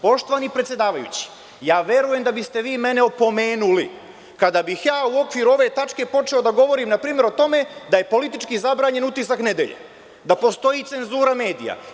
Poštovani predsedavajući, ja verujem da biste vi mene opomenuli kada bih ja u okviru ove tačke počeo da govorim na primer o tome da je politički zabranjen „Utisak nedelje“, da postoji cenzura medija.